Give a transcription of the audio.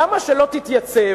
למה שלא תתייצב